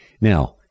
Now